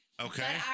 Okay